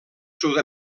sud